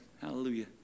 Hallelujah